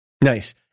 Nice